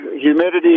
humidity